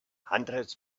hundreds